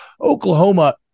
Oklahoma